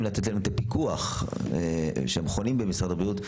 לתת להם את הפיקוח שהם חונים במשרד הבריאות,